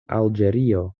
alĝerio